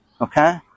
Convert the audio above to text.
Okay